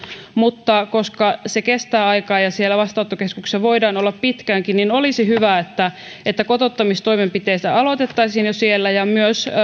mutta koska se vie aikaa ja siellä vastaanottokeskuksessa voidaan olla pitkäänkin niin olisi hyvä että että kotouttamistoimenpiteitä aloitettaisiin jo siellä ja myös